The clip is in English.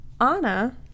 Anna